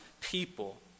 people